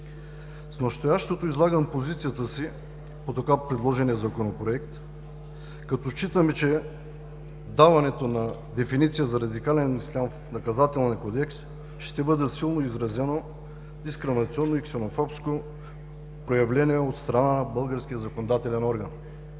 С настоящото излагаме позицията си по така предложения Законопроект, като считаме, че даването на дефиниция за радикален ислям в Наказателния кодекс ще бъде силно изразено, дискриминационно и ксенофобско проявление от страна на българския законодателен орган.